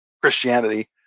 christianity